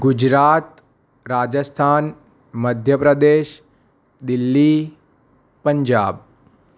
Gujarat Rajasthan Madhya Pradesh Delhi Punjab